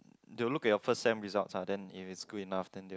they will look at your first sem results ah then if it's good enough then they will